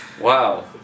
Wow